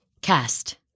Cast